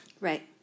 Right